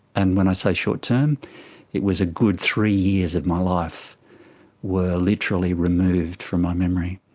and when i say short-term it was a good three years of my life were literally removed from my memory.